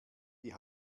die